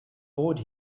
board